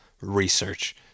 research